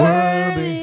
Worthy